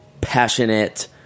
passionate